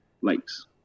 lakes